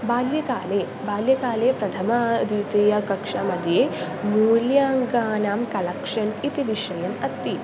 बाल्ये काले बाल्यकाले प्रथमद्वितीयकक्षामध्ये मूल्याङ्कानां कलक्षन् इति विषयम् अस्ति